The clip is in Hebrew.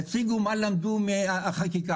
יציגו מה למדו מהחקיקה.